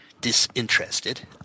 disinterested